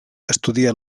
estudia